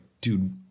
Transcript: dude